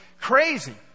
crazy